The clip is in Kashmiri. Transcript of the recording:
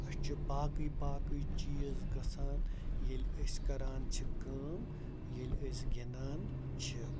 اَسہِ چھِ باقٕے باقٕے چیٖز گژھان ییٚلہِ أسۍ کَران چھِ کٲم ییٚلہِ أسۍ گِنٛدان چھِ